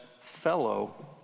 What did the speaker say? fellow